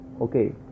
okay